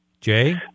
Jay